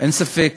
אין ספק